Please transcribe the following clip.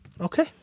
Okay